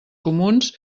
comuns